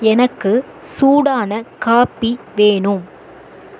எனக்கு சூடான காபி வேணும்